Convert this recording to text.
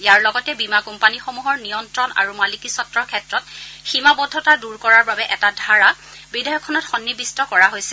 ইয়াৰ লগতে বীমা কোম্পানীসমূহৰ নিয়ন্ত্ৰণ আৰু মালিকীস্বতৰ ক্ষেত্ৰত সীমাবদ্ধতা দূৰ কৰাৰ বাবে এটা ধাৰা বিধেয়কখনত সন্নিৱিষ্ট কৰা হৈছে